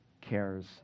cares